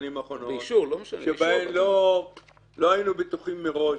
האחרונות שבהם לא היינו בטוחים מראש,